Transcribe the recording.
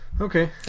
Okay